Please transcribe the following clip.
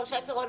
שי פירון,